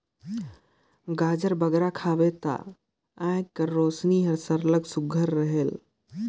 गाजर बगरा खाबे ता आँएख कर रोसनी हर सरलग सुग्घर रहेल